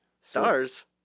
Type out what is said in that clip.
Stars